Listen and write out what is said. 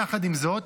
יחד עם זאת,